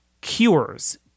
cures